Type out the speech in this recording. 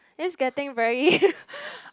this getting very